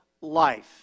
life